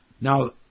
Now